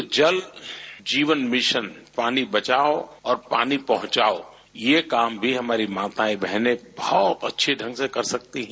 तो जल जीवन मिशन पानी बचाओं और पानी पहुंचाओ यह काम भी हमारी माताएं बहने बहुत अच्दे ढंग से कर सकती है